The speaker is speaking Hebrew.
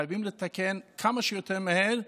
חייבים לתקן כמה שיותר מהר,